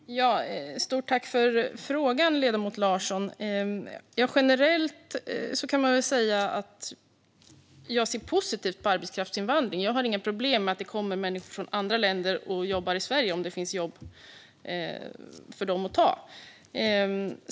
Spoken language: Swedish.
Herr talman! Stort tack för frågan, ledamoten Larsson! Generellt ser jag positivt på arbetskraftsinvandring. Jag har inga problem med att det kommer människor från andra länder och jobbar i Sverige om det finns jobb för dem att ta.